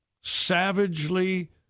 savagely